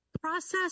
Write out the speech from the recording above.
process